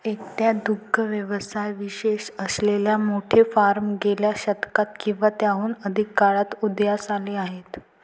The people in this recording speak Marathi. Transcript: एकट्या दुग्ध व्यवसायात विशेष असलेले मोठे फार्म गेल्या शतकात किंवा त्याहून अधिक काळात उदयास आले आहेत